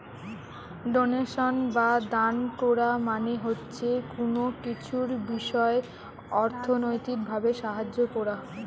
donation বা দান কোরা মানে হচ্ছে কুনো কিছুর বিষয় অর্থনৈতিক ভাবে সাহায্য কোরা